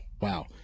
wow